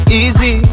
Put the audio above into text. easy